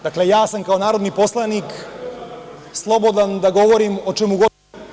Dakle, ja sam kao narodni poslanik slobodan da govorim o čemu god…